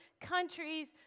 countries